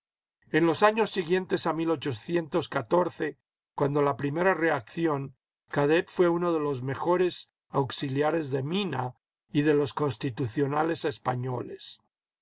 en los años siguientes cuando la primera reacción cadet fué uno de los mejores auxiliares de mina y de los constitucionales españoles